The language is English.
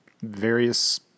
various